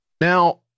Now